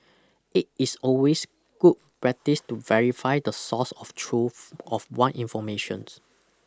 it is always good practice to verify the source of truth of one informations